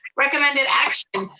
recommended action,